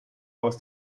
aus